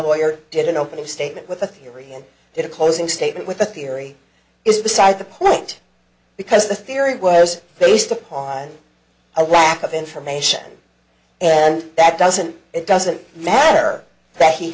lawyer did an opening statement with a theory that a closing statement with the theory is beside the point because the theory was based upon a lack of information and that doesn't it doesn't matter that he